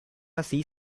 así